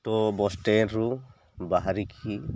ତୋ ବସ୍ଷ୍ଟାଣ୍ଡରୁ ବାହାରିକି